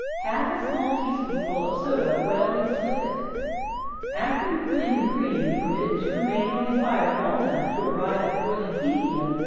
half a small tea-spoonful of soda, well mixed with it after you put in the cream, permit it to remain on the fire long enough to arrive at boiling heat again,